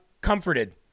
comforted